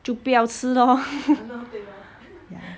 就不要吃 lor